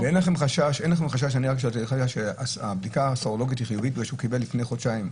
אין להם חשש שהבדיקה הסרולוגית היא חיובית ושהוא קיבל לפני חודשיים,